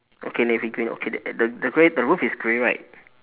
okay navy green okay that the the grey the roof is grey right